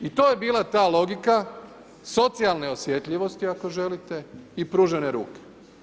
I to je bila ta logika socijalne osjetljivosti ako želite i pružene ruke.